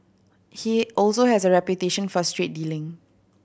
he also has a reputation for straight dealing